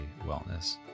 Wellness